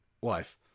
wife